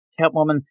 Catwoman